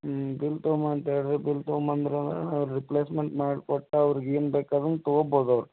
ಹ್ಞೂ ಬಿಲ್ ತಗೊಂಬಾ ಅಂತ ಹೇಳಿ ರೀ ಬಿಲ್ ತಗೊಂಬಂದ್ರ ನಾವು ರಿಪ್ಲೇಸ್ಮೆಂಟ್ ಮಾಡಿ ಕೊಟ್ಟ ಅವ್ರಿಗೆ ಏನು ಬೇಕು ಅದನ್ನ ತಗೊಬೋದು ಅವ್ರು